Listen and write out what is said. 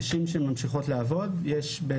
נשים שממשיכות לעבוד בשכר נמוך?